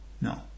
No